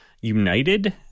united